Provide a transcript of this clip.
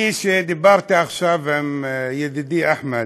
אני, שדיברתי עכשיו עם ידידי אחמד,